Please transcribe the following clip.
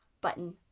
button